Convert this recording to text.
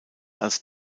als